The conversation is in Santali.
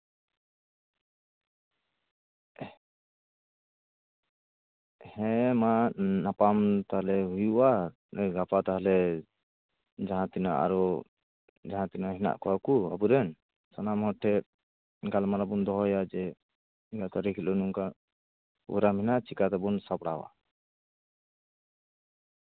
ᱦᱮᱸᱢᱟ ᱧᱟᱯᱟᱢ ᱛᱟᱦᱞᱮ ᱦᱩᱭᱩᱜᱼᱟ ᱜᱟᱯᱟ ᱛᱟᱦᱞᱮ ᱡᱟᱦᱟᱸ ᱛᱤᱱᱟᱹᱜ ᱟᱨᱚ ᱡᱟᱦᱟᱸ ᱛᱤᱱᱟᱹᱜ ᱦᱮᱱᱟᱜ ᱠᱚᱣᱟ ᱠᱚ ᱟᱵᱚᱨᱮᱱ ᱥᱟᱱᱟᱢ ᱦᱚᱲ ᱴᱷᱮᱱ ᱜᱟᱞᱢᱟᱨᱟᱣ ᱵᱚᱱ ᱫᱚᱦᱚᱭᱟ ᱡᱮ ᱱᱤᱱᱟᱹᱜ ᱛᱟᱹᱨᱤᱠᱷ ᱦᱤᱞᱳᱜ ᱱᱚᱝᱠᱟ ᱯᱨᱳᱜᱨᱟᱢ ᱢᱮᱱᱟᱜᱼᱟ ᱪᱮᱠᱟᱛᱮᱵᱚᱱ ᱥᱟᱯᱲᱟᱣᱟ